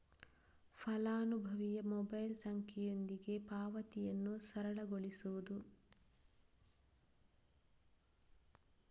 ಫಲಾನುಭವಿಯ ಮೊಬೈಲ್ ಸಂಖ್ಯೆಯೊಂದಿಗೆ ಪಾವತಿಯನ್ನು ಸರಳಗೊಳಿಸುವುದು